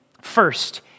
First